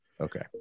Okay